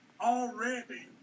already